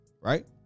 right